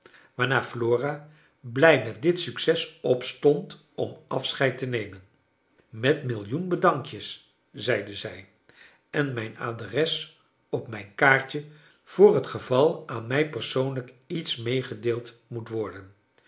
waarna flora big met dit succes opstond om afscheid te nemen met millioen bedankjes zeide zij en mijn adres op mijn kaartje voor het geval aan mij persoonlijk iets meegedeeld moet worden